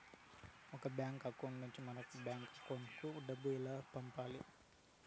ఒక bank account నుంచి మరొక బ్యాంకు అకౌంట్ కు డబ్బు ఎలా పంపాలి